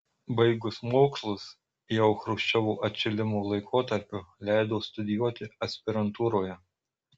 baigus mokslus jau chruščiovo atšilimo laikotarpiu leido studijuoti aspirantūroje